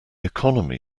economy